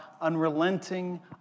unrelenting